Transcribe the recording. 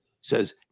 Says